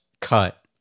cut